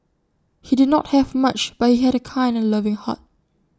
he did not have much but he had A kind and loving heart